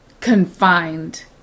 confined